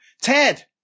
Ted